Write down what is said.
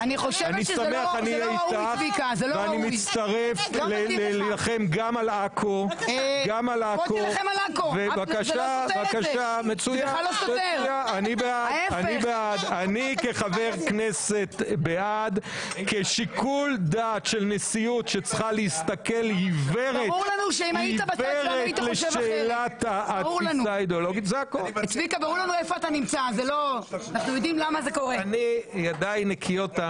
10:56.